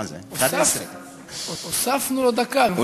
מה זה 11, למה לא, הוספנו לו דקה.